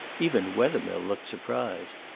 even wethermill looked surprised.